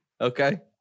Okay